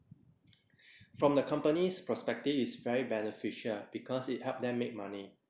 from the company's perspective it's very beneficial because it help them make money